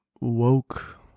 woke